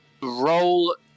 roll